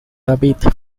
david